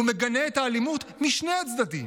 הוא מגנה את האלימות משני הצדדים.